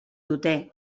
dute